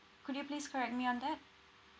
could you please correct me on that